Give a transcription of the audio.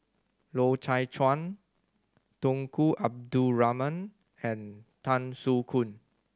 Loy Chye Chuan Tunku Abdul Rahman and Tan Soo Khoon